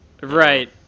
Right